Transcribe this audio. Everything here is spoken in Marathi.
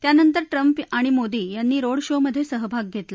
त्यानंतर ट्रम्प आणि मोदी यांनी रोड शो मध्ये सहभाग घेतला